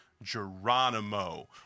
Geronimo